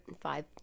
five